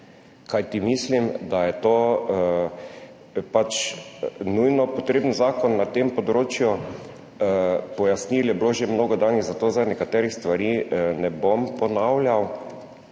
kajti mislim, da je to pač nujno potreben zakon na tem področju. Mnogo je bilo že danih pojasnil, zato zdaj nekaterih stvari ne bom ponavljal.